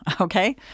Okay